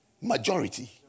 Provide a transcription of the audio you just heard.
Majority